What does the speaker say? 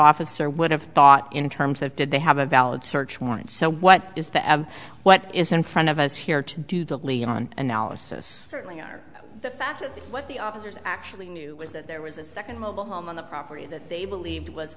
officer would have thought in terms of did they have a valid search warrant so what is that what is in front of us here to do the leon analysis certainly on the fact of what the officers actually knew was that there was a second mobile home on the property that they believed was